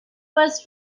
was